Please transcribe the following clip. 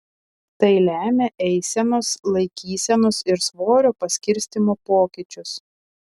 tai lemia eisenos laikysenos ir svorio paskirstymo pokyčius